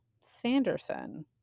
Sanderson